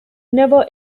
never